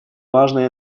важное